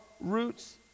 roots